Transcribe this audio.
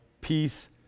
peace